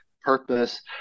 purpose